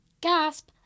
Gasp